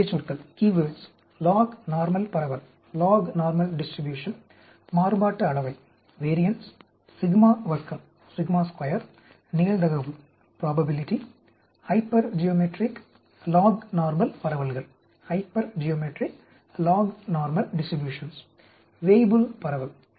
முக்கியச்சொற்கள் - log normal பரவல் மாறுபாட்டு அளவை சிக்மா வர்க்கம் நிகழ்தகவு ஹைப்பெர்ஜியோமெட்ரிக் லாக் நார்மல் பரவல்கள் HypergeometricLog normal distributions வேய்புல் பரவல்